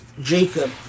Jacob